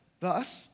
Thus